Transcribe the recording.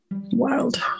Wild